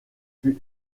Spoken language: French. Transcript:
fut